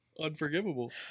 Unforgivable